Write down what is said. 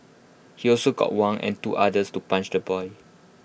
he also got Wang and two others to punch the boy